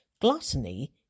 gluttony